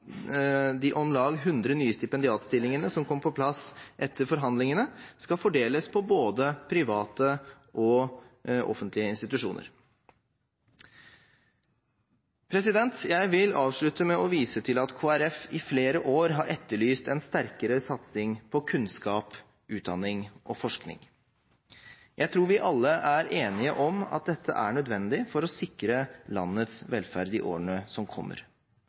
de om lag 100 nye stipendiatstillingene som kom på plass etter forhandlingene, skal fordeles på både private og offentlige institusjoner. Jeg vil avslutte med å vise til at Kristelig Folkeparti i flere år har etterlyst en sterkere satsing på kunnskap, utdanning og forskning. Jeg tror vi alle er enige om at dette er nødvendig for å sikre landets velferd i årene som kommer.